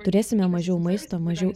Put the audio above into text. turėsime mažiau maisto mažiau